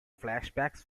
flashbacks